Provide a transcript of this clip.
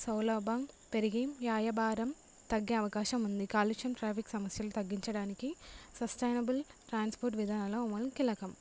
సౌలభ్యం పెరిగింది వ్యయ భారం తగ్గే అవకాశం ఉంది కాలుష్యం ట్రాఫిక్ సమస్యలు తగ్గించడానికి సస్టైనబుల్ ట్రాన్స్పోర్ట్ విధానంలో అమలు కిలకం